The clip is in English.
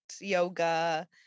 yoga